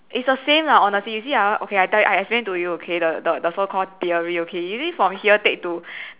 is the same lah honestly you see ah okay I tell you I explain to you okay the the so called theory okay you see from here take to